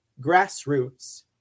grassroots